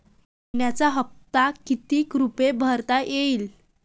मइन्याचा हप्ता कितीक रुपये भरता येईल?